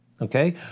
okay